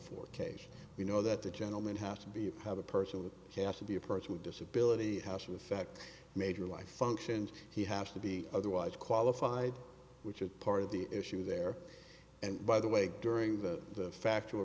four case you know that the gentlemen have to be have a person would have to be a person with disability house in fact major life functions he has to be otherwise qualified which is part of the issue there and by the way during the factual